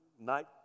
night